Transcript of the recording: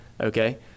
Okay